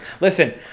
listen